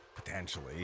potentially